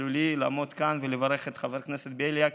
לי לעמוד כאן ולברך את חבר הכנסת בליאק,